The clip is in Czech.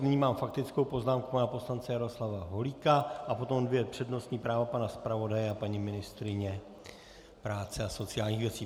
Nyní mám faktickou poznámku pana poslance Jaroslava Holíka a potom dvě přednostní práva pana zpravodaje a paní ministryně práce a sociálních věcí.